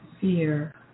fear